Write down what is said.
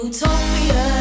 Utopia